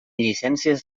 llicències